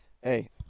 Hey